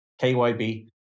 KYB